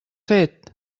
fet